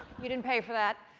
you didn't pay for that.